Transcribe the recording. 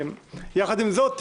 יחד עם זאת,